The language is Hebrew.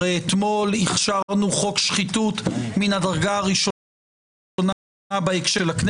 הרי אתמול הכשרנו חוק שחיתות מן הדרגה הראשונה בכנסת.